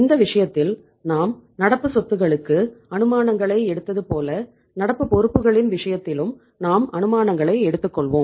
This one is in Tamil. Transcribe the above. இந்த விஷயத்தில் நாம் நடப்பு சொத்துகளுக்கு அனுமானங்களை எடுத்தது போல நடப்பு பொறுப்புகளின் விஷயத்திலும் நாம் அனுமானங்களை எடுத்துக்கொள்வோம்